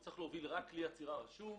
הוא צריך להוביל רק כלי אצירה רשום,